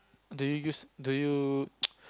do you use do you